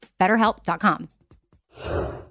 BetterHelp.com